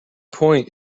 point